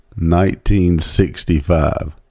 1965